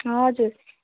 हजुर